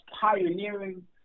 pioneering